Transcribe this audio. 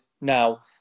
now